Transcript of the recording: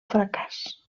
fracàs